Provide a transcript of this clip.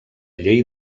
llei